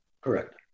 Correct